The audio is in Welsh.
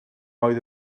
oedd